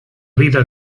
vida